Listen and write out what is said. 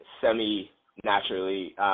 semi-naturally